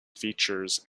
features